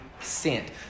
sent